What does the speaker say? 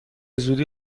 زودی